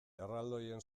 erraldoien